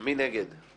מי נגד?